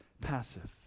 passive